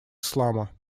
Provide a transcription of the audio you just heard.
ислама